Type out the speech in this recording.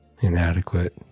inadequate